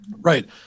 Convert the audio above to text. Right